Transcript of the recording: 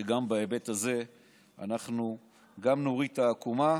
שגם בהיבט הזה אנחנו גם נוריד את העקומה